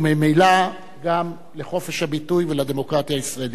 וממילא גם לחופש הביטוי ולדמוקרטיה הישראלית.